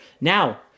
Now